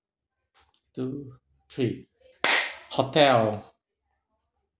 two three hotel